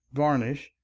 varnish,